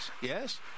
Yes